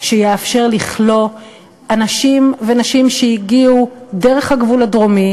שיאפשר לכלוא אנשים ונשים שהגיעו דרך הגבול הדרומי,